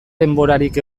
denborarik